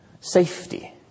safety